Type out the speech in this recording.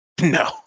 No